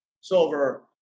silver